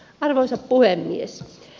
arvoisa puhemies